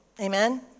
Amen